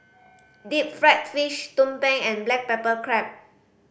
deep fried fish tumpeng and black pepper crab